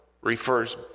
refers